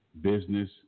business